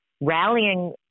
rallying